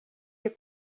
your